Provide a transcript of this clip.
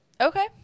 Okay